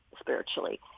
spiritually